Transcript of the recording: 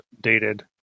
dated